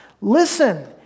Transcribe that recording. Listen